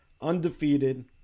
undefeated